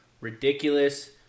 ridiculous